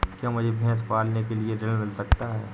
क्या मुझे भैंस पालने के लिए ऋण मिल सकता है?